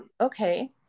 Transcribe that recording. okay